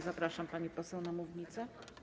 Zapraszam, pani poseł, na mównicę.